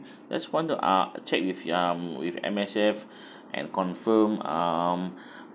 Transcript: just want to ask check with you um with M_S_F and confirm um